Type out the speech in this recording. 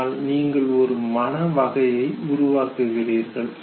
அதனால் நீங்கள் ஒரு மன வகையை உருவாக்குகிறீர்கள்